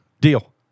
Deal